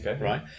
right